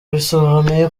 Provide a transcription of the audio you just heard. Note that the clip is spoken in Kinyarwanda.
bisobanuye